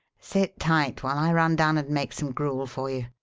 sit tight while i run down and make some gruel for you.